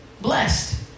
Blessed